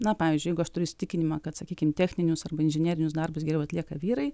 na pavyzdžiui jeigu aš turiu įsitikinimą kad sakykim techninius arba inžinerinius darbus geriau atlieka vyrai